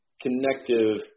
connective